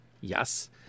Yes